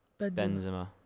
Benzema